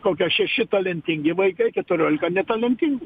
kokie šeši talentingi vaikai keturiolika netalentingi